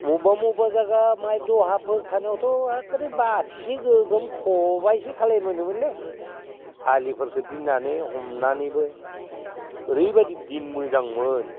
बबेबा बबेबा जायगा माहाय दहाफोर थानायावथ' एखेबारे गोगोम बाथिसे खबाइसे गाहाम मोनोमोनलै हालिफोरखौ दोननानै हमनानैबो ओरैबादि दिन मोजांमोन